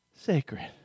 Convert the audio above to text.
sacred